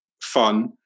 fun